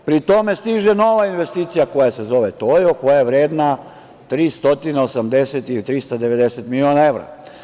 Pri tome stiže nova investicija koja se zove "Tojo", koja je vredna 380, 390 miliona evra.